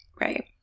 Right